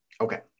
Okay